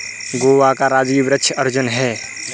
गोवा का राजकीय वृक्ष अर्जुन है